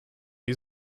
die